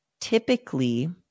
typically